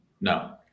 no